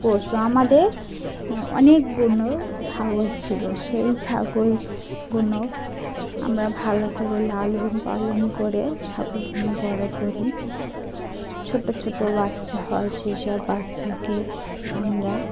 পশু আমাদের অনেকগুলো ছাগল ছিলো সেই ছাগলগুলো আমরা ভালো করে লাল পালন করে ছাগলগুলো বড়ো করি ছোটো ছোটো বাচ্চা হয় সেই সব বাচ্চাকে আমরা